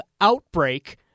Outbreak